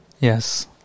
Yes